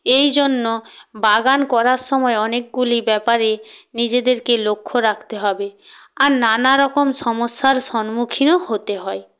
এই জন্য বাগান করার সময় অনেকগুলি ব্যাপারে নিজেদেরকে লক্ষ্য রাখতে হবে আর নানারকম সমস্যার সম্মুখীনও হতে হয়